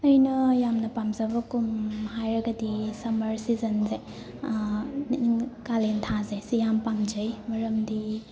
ꯑꯩꯅ ꯌꯥꯝꯅ ꯄꯥꯝꯖꯕ ꯀꯨꯝ ꯍꯥꯏꯔꯒꯗꯤ ꯁꯝꯃꯔ ꯁꯤꯖꯟꯖꯦ ꯀꯥꯂꯦꯟ ꯊꯥꯖꯦ ꯁꯤ ꯌꯥꯝ ꯄꯥꯝꯖꯩ ꯃꯔꯝꯗꯤ